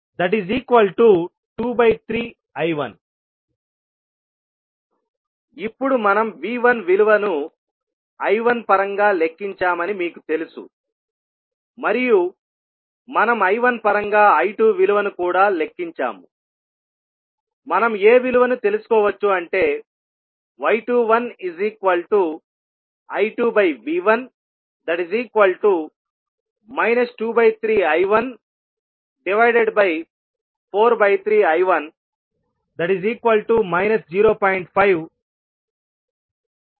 I2442I123I1 ఇప్పుడు మనం V1 విలువను I1 పరంగా లెక్కించామని మీకు తెలుసు మరియు మనం I1 పరంగా I2విలువను కూడా లెక్కించాముమనం ఏ విలువ ను తెలుసుకోవచ్చు అంటే y21I2V1 23I143I1 0